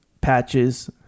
Patches